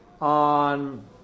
on